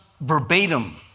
verbatim